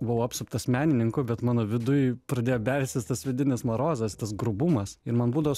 buvau apsuptas menininkų bet mano viduj pradėjo belstis tas vidinis marozas tas grubumas ir man būdavo